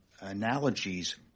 analogies